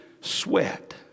sweat